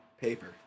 paper